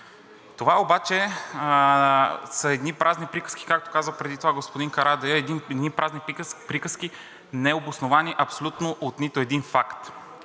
Това обаче са едни празни приказки, както каза преди това господин Карадайъ – едни празни приказки, необосновани абсолютно от нито един факт.